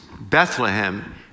Bethlehem